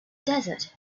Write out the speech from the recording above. desert